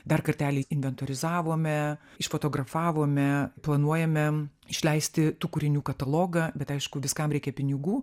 dar kartelį inventorizavome išfotografavome planuojame išleisti tų kūrinių katalogą bet aišku viskam reikia pinigų